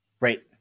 Right